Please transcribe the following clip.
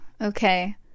okay